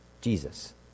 Jesus